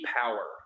power